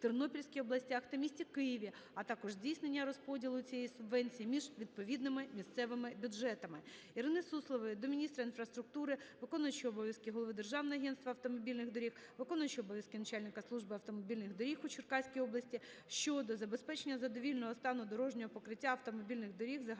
Тернопільській областях та місті Києві, а також здійснення розподілу цієї субвенції між відповідними місцевими бюджетами. Ірини Суслової до міністра інфраструктури виконуючого обов'язки голови Державного агентства автомобільних доріг, виконуючого обов'язки начальника Служби автомобільних доріг у Черкаській області щодо забезпечення задовільного стану дорожнього покриття автомобільних доріг загального